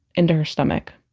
into her stomach